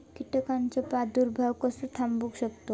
कीटकांचो प्रादुर्भाव कसो थांबवू शकतव?